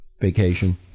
Vacation